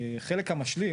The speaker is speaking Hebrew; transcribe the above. החלק המשלים,